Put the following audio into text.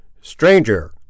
Stranger